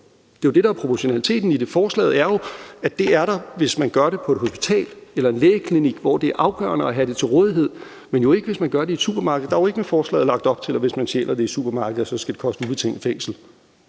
det er jo det, der er proportionaliteten i det. Forslaget er jo, at det får man, hvis man gør det på et hospital eller i en lægeklinik, hvor det er afgørende at have det til rådighed, men jo ikke, hvis man gør det i et supermarked. Der er jo ikke med forslaget lagt op til, at hvis man stjæler det i et supermarked, skal det koste ubetinget fængsel.